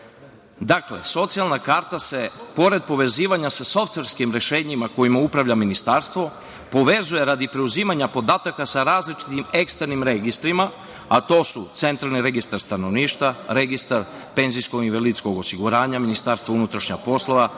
socijalna karta se, pored povezivanja sa softverskim rešenjima kojima upravlja ministarstvo, povezuje radi preuzimanja podataka sa različitim eksternim registrima, a to su Centralni registar stanovništva, Registar Penzijskog i invalidskog osiguranja, Ministarstva unutrašnjih poslova,